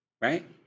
Right